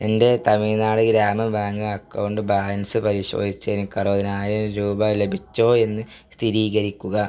എൻ്റെ തമിഴ്നാട് ഗ്രാമ bank account balance പരിശോധിച്ച് എനിക്ക് അറുപതിനായിരം രൂപ ലഭിച്ചോ എന്ന് സ്ഥിരീകരിക്കുക